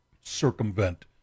circumvent